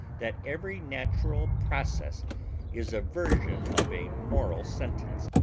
that every natural process is a version of a moral sentence.